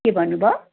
के भन्नुभयो